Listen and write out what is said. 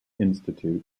institute